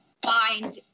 find